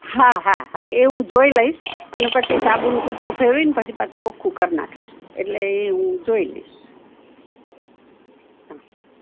હા હા હા એહું જોઈ લઇશ અને પછી સાબુન કૂચો ફેરવિંન પછી પાછું ચોખૂ કરી નાખીશ એટલે ઇ હું જોઈ લઇશ હા